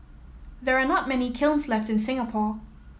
there are not many kilns left in Singapore